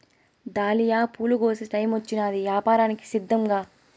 dahlia పూల కోసే టైమొచ్చినాది, యాపారానికి సిద్ధంకా